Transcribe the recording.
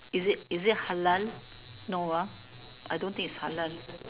is it is it halal no ah I don't think is halal